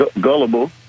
gullible